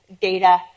data